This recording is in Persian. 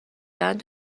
کردن